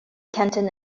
canton